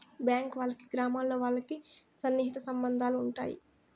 bank వాళ్ళకి గ్రామాల్లో వాళ్ళకి సన్నిహిత సంబంధాలు ఉంటాయి